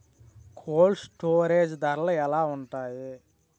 Cold storage ధరలు ఎలా ఉంటాయి?